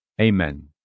Amen